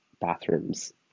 bathrooms